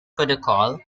protocol